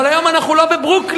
אבל היום אנחנו לא בברוקלין,